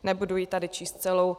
Nebudu ji tady číst celou.